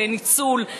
בניצול,